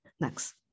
next